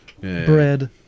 bread